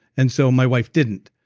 and so my wife didn't,